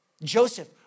Joseph